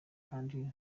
kandi